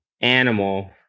animal